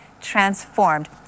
transformed